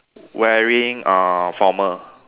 wearing uh formal